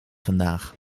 vandaag